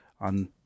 on